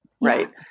right